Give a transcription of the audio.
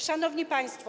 Szanowni Państwo!